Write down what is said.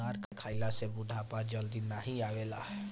अनार खइला से बुढ़ापा जल्दी नाही आवेला